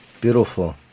beautiful